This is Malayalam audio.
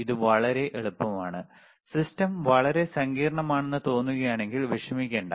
ഇത് വളരെ എളുപ്പമാണ് സിസ്റ്റം വളരെ സങ്കീർണ്ണമാണെന്ന് തോന്നുകയാണെങ്കിൽ വിഷമിക്കേണ്ട